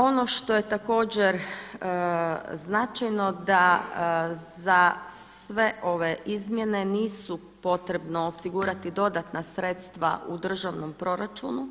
Ono što je također značajno da za sve ove izmjene nisu potrebno osigurati dodatna sredstva u državnom proračunu